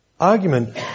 argument